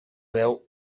veu